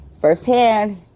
Firsthand